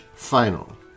final